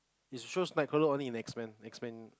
is the show Night crawler only in X-Men X-Men